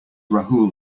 rahul